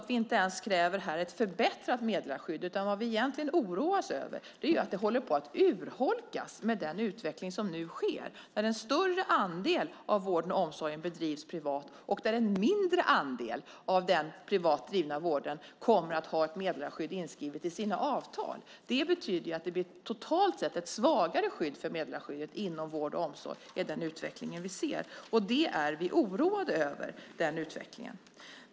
Vi kräver inte ett förbättrat meddelarskydd, utan vad vi egentligen oroar oss över är att meddelarskyddet håller på att urholkas med den utveckling som nu sker där en större andel av vården och omsorgen bedrivs privat och där en mindre andel av den privat drivna vården kommer att ha ett meddelarskydd inskrivet i sina avtal. Det betyder att det totalt sett blir ett svagare skydd för meddelarskyddet inom vård och omsorg med den utveckling vi ser, och vi är oroade över den utvecklingen.